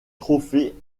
trophée